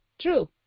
True